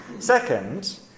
Second